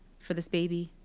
for this baby,